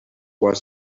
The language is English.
was